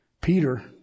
Peter